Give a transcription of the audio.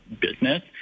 business